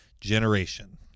generation